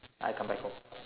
I come back home